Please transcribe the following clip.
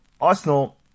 Arsenal